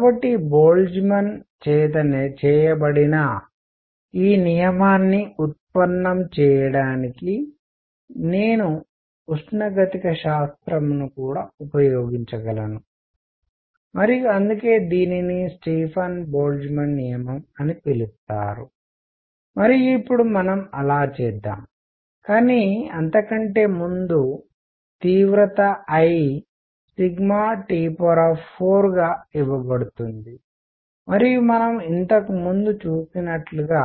కాబట్టి బోల్ట్జ్మాన్ చేత చేయబడిన ఈ నియమాన్ని ఉత్పన్నం చేయడానికి నేను ఉష్ణగతికశాస్త్రంను కూడా ఉపయోగించగలను మరియు అందుకే దీనిని స్టీఫన్ బోల్ట్జ్మాన్ నియమం అని పిలుస్తారు మరియు ఇప్పుడు మనం అలా చేద్దాం కానీ అంత కంటే ముందు తీవ్రత I సిగ్మా T 4 గా ఇవ్వబడుతుంది మరియు మనము ఇంతకుముందు చూసినట్లుగా